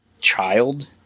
child